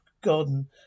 garden